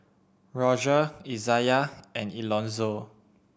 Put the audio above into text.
Roger Izayah and Elonzo